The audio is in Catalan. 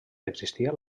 existia